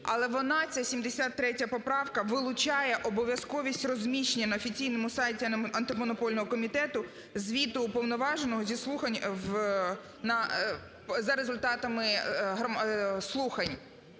але вона, ця 73 поправка, вилучає обов'язковість розміщення на офіційному сайті Антимонопольного комітету звіту уповноваженого зі слухань за результатами слухань.